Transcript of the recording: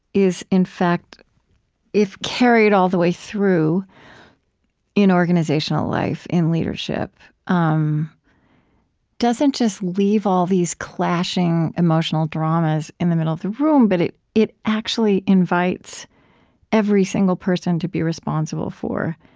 is, in fact if carried all the way through in organizational life, in leadership, um doesn't just leave all these clashing emotional dramas in the middle of the room, but it it actually invites every single person to be responsible for